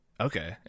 Okay